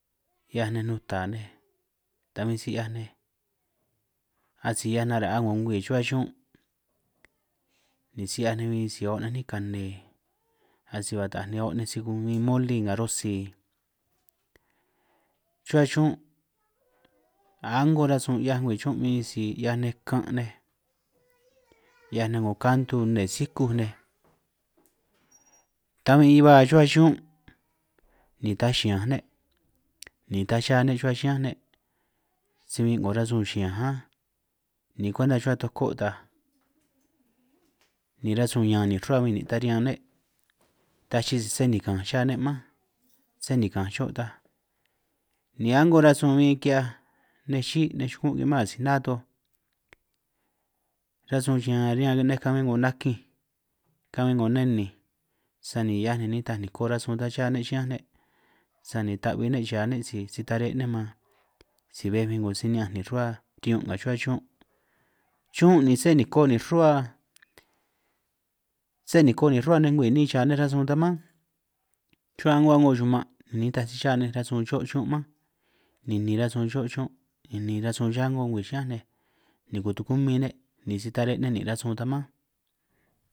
'Hiaj nej nuta nej ta huin si 'hiaj nej asi hiaj nara'a 'ngo ngwii, chuhua chiñún' si 'hiaj nej huin si o' nej 'nín kane, asi ba taaj nej oo' nej si huin moli nga rosi chuhua chiñún', a'ngo rasun 'hiaj ngwii chiñún huin sisi 'hiaj nej kan' nej, 'hiaj nej 'ngo kantu nne sikúj nej, ta huin ba chuhua chiñún ni taj xiñanj ne' ni taj xa ne' chuhua chiñán ne' si huin 'ngo rasun chiñanj an, ni kwenta chuhua toko taaj, ni rasun ñaan nin' ruhua huin nin' ta riñan ne', ta chi'i si sé nikanj xá ne' mánj, sé nikanj xo' ta ni a'ngo rasun huin ki'hiaj nej xi' nej chuku'un', kiman asi na toj rasun ñaan riñan nej kahuin 'ngo nakinj kahuin 'ngo neninj, sani hiaj ni nitaj niko rasun ta cha ne' chiñán ne', sani ta'hui ne' cha ne' si si tare' ne' man, si bej huin 'ngo si ni'ñanj nin' ruhua riñun' nga chuhua chiñún' chiñún', sé niko nin' ruhua nej ngwii ni'in xaj nej rasun ta mánj, chuhua a'ngo a'ngo chuman' nitaj si cha nej rasun cho' chiñún mánj, ninin rasun xo' chiñún' ninin rasun cha a'ngo ngwii chiñánj nej, ni kutukumin ne' ni si tare ne' nin' nej rasun ta mánj.